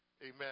amen